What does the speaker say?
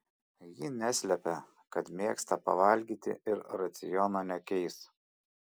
ji neslepia kad mėgsta pavalgyti ir raciono nekeis